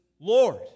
Lord